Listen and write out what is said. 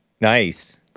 Nice